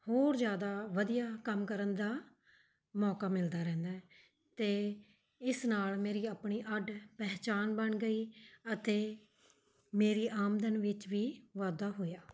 ਹੋਰ ਜ਼ਿਆਦਾ ਵਧੀਆ ਕੰਮ ਕਰਨ ਦਾ ਮੌਕਾ ਮਿਲਦਾ ਰਹਿੰਦਾ ਅਤੇ ਇਸ ਨਾਲ ਮੇਰੀ ਆਪਣੀ ਅੱਡ ਪਹਿਚਾਣ ਬਣ ਗਈ ਅਤੇ ਮੇਰੀ ਆਮਦਨ ਵਿੱਚ ਵੀ ਵਾਧਾ ਹੋਇਆ